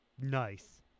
Nice